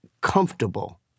comfortable